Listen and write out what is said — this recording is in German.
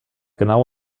genau